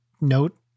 note